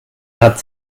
hat